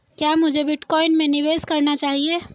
क्या मुझे बिटकॉइन में निवेश करना चाहिए?